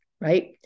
right